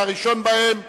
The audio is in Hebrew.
והראשון בהם,